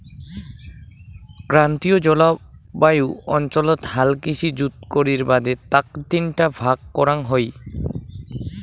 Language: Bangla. ক্রান্তীয় জলবায়ু অঞ্চলত হাল কৃষি জুত করির বাদে তাক তিনটা ভাগ করাং হই